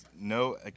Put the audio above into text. No